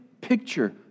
picture